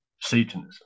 satanism